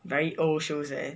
very old shows like that